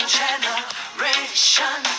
generation